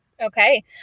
Okay